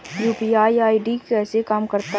UPI ID कैसे काम करता है?